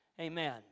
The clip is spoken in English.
Amen